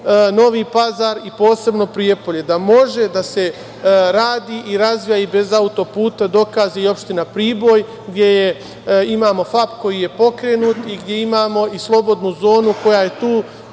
Novi Pazar i posebno Prijepolje. Da može da se radi i razvija bez autoputa dokaz je i opština Priboj gde imamo „Fap“ koji je pokrenut i gde imamo i slobodnu zonu koja je tu,